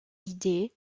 idées